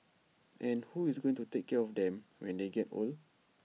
and who is going to take care of them when they get old